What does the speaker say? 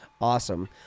Awesome